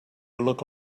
look